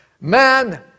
Man